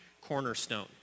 cornerstone